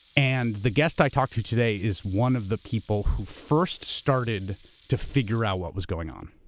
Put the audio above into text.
and the guest i talked to today is one of the people who first started to figure out what was going on.